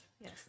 Yes